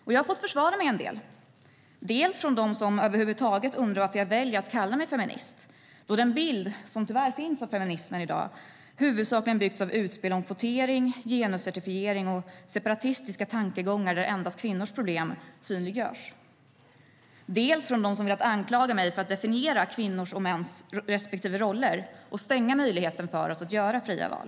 Jag har fått försvara mig en del, bland annat mot dem som över huvud taget undrar varför jag väljer att kalla mig feminist, då den bild som tyvärr finns av feminismen i dag huvudsakligen byggts av utspel om kvotering, genuscertifiering och separatistiska tankegångar där endast kvinnors problem synliggörs. Jag har också fått försvara mig mot dem som har velat anklaga mig för att definiera kvinnors och mäns respektive roller och stänga möjligheten för oss att göra fria val.